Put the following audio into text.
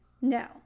No